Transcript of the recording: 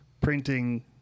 printing